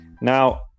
now